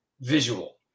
visual